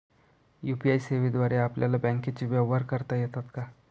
UPI सेवेद्वारे आपल्याला बँकचे व्यवहार करता येतात का?